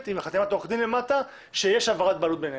עם חתימת עורך דין למטה שיש העברת בעלות ביניהם?